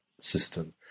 system